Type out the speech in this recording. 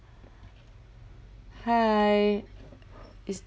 hi is